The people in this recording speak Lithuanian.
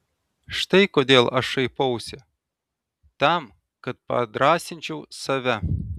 štai kodėl aš šaipausi tam kad padrąsinčiau save